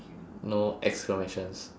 no exclamations